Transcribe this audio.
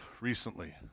recently